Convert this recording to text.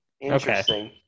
Interesting